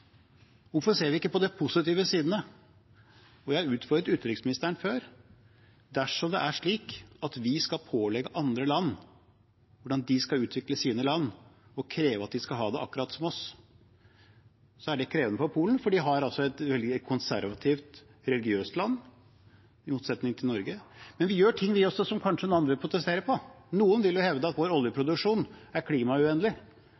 Hvorfor ser vi ikke på de positive sidene? Jeg har utfordret utenriksministeren før: Dersom det er slik at vi skal pålegge andre land hvordan de skal utvikle sine land, og kreve at de skal ha det akkurat som oss, er det krevende for Polen, for de har et veldig konservativt, religiøst land, i motsetning til Norge. Men vi gjør ting vi også som kanskje andre protesterer på. Noen vil hevde at vår